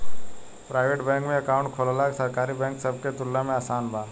private bank में account खोलल सरकारी बैंक सब के तुलना में आसान बा